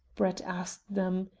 brett asked them.